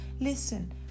Listen